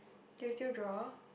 do you still draw